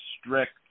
strict